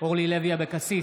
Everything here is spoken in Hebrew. אורלי לוי אבקסיס,